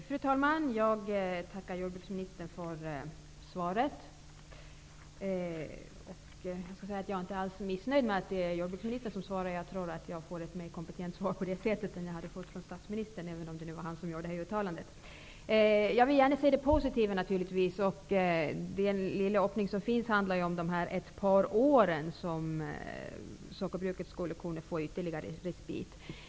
Fru talman! Jag tackar jordbruksministern för svaret. Jag är inte alls missnöjd med att det är jordbruksministern som svarar på frågan. Jag tror att jag på det sättet får ett mycket mer kompetent svar än om jag hade fått det från statsministern, även om det var han som gjorde uttalandet. Jag vill naturligtvis gärna se det positiva i svaret. Den lilla öppningen gäller att Sockerbolaget får ytterligare ett par års respit.